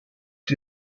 die